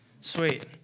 Sweet